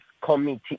committee